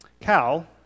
Cal